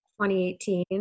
2018